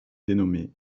dénommée